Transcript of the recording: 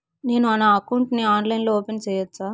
నేను నా అకౌంట్ ని ఆన్లైన్ లో ఓపెన్ సేయొచ్చా?